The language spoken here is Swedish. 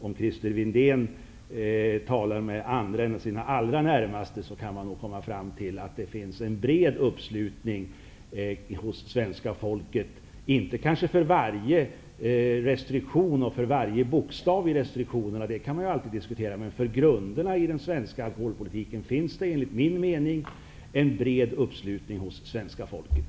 Om Christer Windén talar med andra än sina allra närmaste, kan han komma fram till att det finns en bred uppslutning hos svenska folket, kanske inte för varje restriktion och bokstav, för sådant kan man alltid diskutera. Men för grunderna i den svenska alkoholpolitiken finns det enligt min uppfattning en bred uppslutning hos det svenska folket.